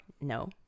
No